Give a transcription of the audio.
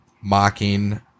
mocking